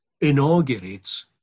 inaugurates